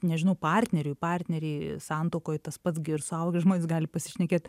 nežinau partneriui partnerei santuokoj tas pats ir suaugę žmonės gali pasišnekėt